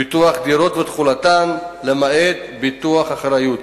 ביטוח דירות ותכולתן, למעט ביטוח אחריות,